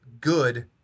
good